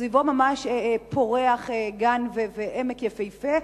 שסביבו ממש פורח גן ועמק יפהפה.